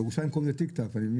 בירושלים קוראים לזה תיק-תק ואני מבין